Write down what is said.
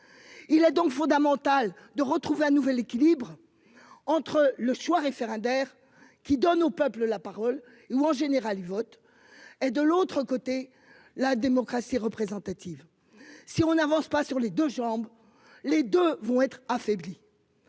Il est donc fondamental de retrouver un nouvel équilibre entre le choix référendaire qui donne au peuple la parole ou en général il vote. Et de l'autre côté la démocratie représentative. Si on n'avance pas sur les 2 jambes. Les deux vont être affaibli.